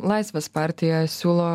laisvės partija siūlo